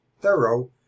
thorough